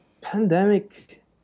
pandemic